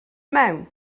mewn